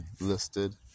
listed